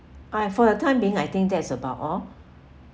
ah for your time being I think that's about all